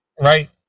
Right